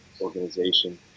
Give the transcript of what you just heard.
organization